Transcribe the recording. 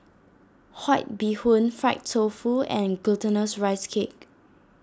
White Bee Hoon Fried Tofu and Glutinous Rice Cake